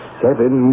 seven